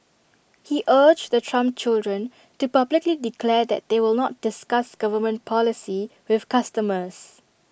he urged the Trump children to publicly declare that they will not discuss government policy with customers